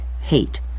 hate